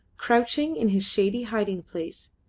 crouching in his shady hiding-place,